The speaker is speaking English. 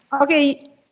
Okay